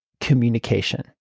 communication